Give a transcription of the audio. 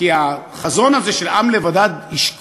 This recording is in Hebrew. כי החזון הזה של עם לבדד ישכון,